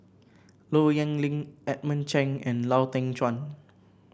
Low Yen Ling Edmund Cheng and Lau Teng Chuan